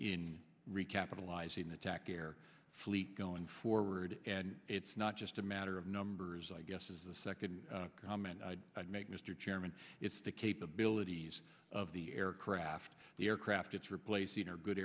in recapitalizing the tac air fleet going forward and it's not just a matter of numbers i guess is the second comment i'd make mr chairman it's the capabilities of the aircraft the aircraft it's replacing are good